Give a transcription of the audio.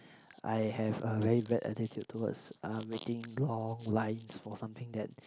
I have a very bad attitude towards uh waiting long lines for something that